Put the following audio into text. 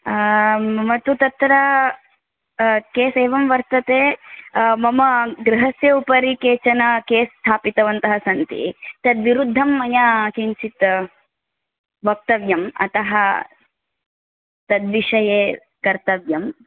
मम तु तत्र केस् एवं वर्तते मम गृहस्य उपरि केचन केस् स्थापितवन्तः सन्ति तद्विरुद्धं मया किञ्चित् वक्तव्यम् अतः तद्विषये कर्तव्यम्